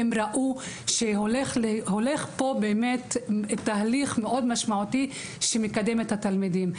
הם ראו שקורה פה תהליך מאוד משמעותי שמקדם את התלמידים.